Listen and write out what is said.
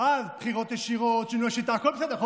אז בחירות ישירות, שינוי שיטה, הכול בסדר.